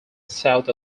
south